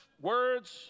words